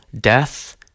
death